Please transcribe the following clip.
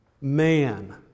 man